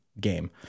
game